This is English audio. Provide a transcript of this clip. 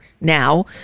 now